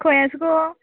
खंय आसा गो